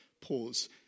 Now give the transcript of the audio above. pause